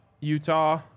Utah